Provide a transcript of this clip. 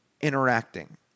interacting